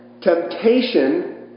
Temptation